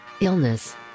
Illness